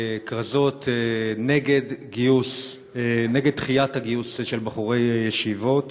כרזות נגד דחיית הגיוס של בחורי הישיבות.